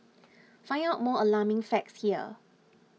find out more alarming facts here